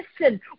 listen